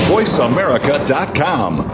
VoiceAmerica.com